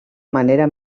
manera